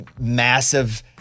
massive